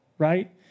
right